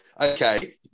Okay